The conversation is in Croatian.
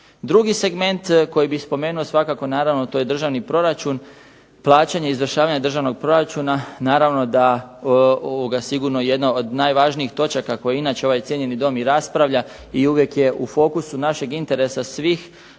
Drugi segment koji bi spomenuo svakako naravno to je državni proračun, plaćanje izvršavanja državnog proračuna naravno da sigurno jedna od najvažnijih točaka koje inače ovaj cijenjeni Dom i raspravlja, i uvijek je u fokusu našeg interesa svih